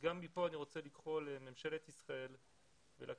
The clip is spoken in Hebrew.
גם מכאן אני רוצה לקרוא לממשלת ישראל ולכנסת,